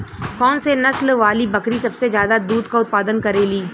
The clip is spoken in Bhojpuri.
कौन से नसल वाली बकरी सबसे ज्यादा दूध क उतपादन करेली?